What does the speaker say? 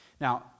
Now